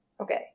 Okay